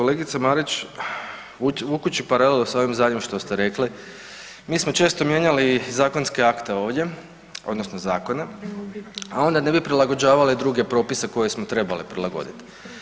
Kolegice Marić, vukući paralelu s ovim zadnjim što ste rekli, mi smo često mijenjali zakonske akte ovdje odnosno zakone, a onda ne bi prilagođavali druge propise koje smo trebali prilagodit.